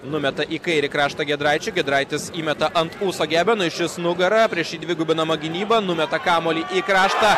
numeta į kairį kraštą giedraičiui giedraitis įmeta ant ūso gebenui šis nugara prieš dvigubinamą gynybą numeta kamuolį į kraštą